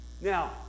Now